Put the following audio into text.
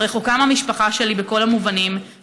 רחוקה מהמשפחה שלי בכל המובנים,